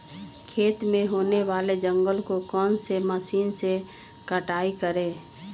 खेत में होने वाले जंगल को कौन से मशीन से कटाई करें?